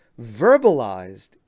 verbalized